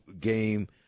game